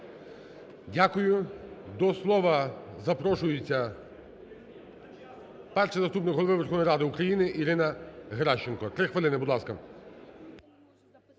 Дякую. До слова запрошується Перший заступник Голови Верховної Ради України Ірина Геращенко. Три хвилини, будь ласка.